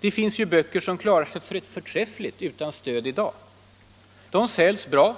Det finns ju böcker som klarar sig förträffligt utan stöd i dag. De säljs bra